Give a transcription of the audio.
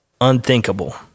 unthinkable